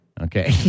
Okay